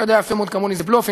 אתה יודע יפה מאוד כמוני, זה בלוף.